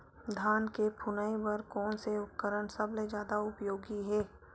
धान के फुनाई बर कोन से उपकरण सबले जादा उपयोगी हे?